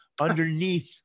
underneath